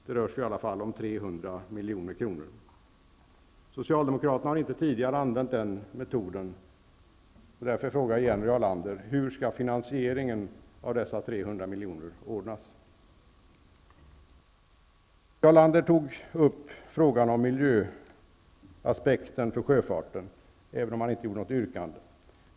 Det rör sig om 300 milj.kr. Socialdemokraterna har inte tidigare använt den metoden. Därför frågar jag än en gång Jarl Lander: Jarl Lander tog upp frågan om miljöaspekten för sjöfarten, men han hade inget yrkande.